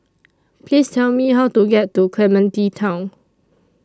Please Tell Me How to get to Clementi Town